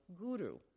guru